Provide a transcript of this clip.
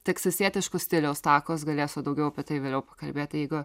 teksasietiškų stiliaus takos galėsiu daugiau apie tai vėliau pakalbėt jeigu